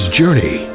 journey